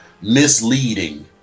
misleading